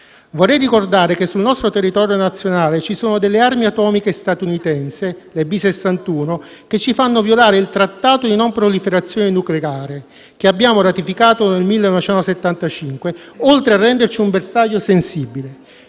Vorrei ricordare che sul nostro territorio nazionale ci sono armi atomiche statunitensi, le B-61, che ci fanno violare il Trattato di non proliferazione nucleare che abbiamo ratificato nel 1975, oltre a renderci un bersaglio sensibile.